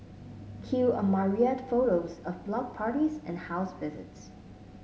cue a myriad photos of block parties and house visits